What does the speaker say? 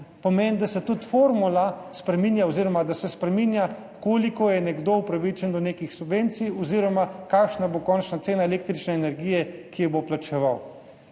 pomeni, da se tudi formula spreminja oziroma da se spreminja, koliko je nekdo upravičen do nekih subvencij oziroma kakšna bo končna cena električne energije, ki jo bo plačeval.